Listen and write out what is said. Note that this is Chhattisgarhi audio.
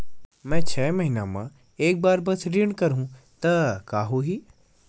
मैं छै महीना म एक बार बस ऋण करहु त का होही?